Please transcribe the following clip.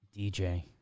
DJ